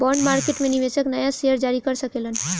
bond market में निवेशक नाया शेयर जारी कर सकेलन